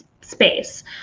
space